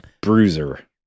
bruiser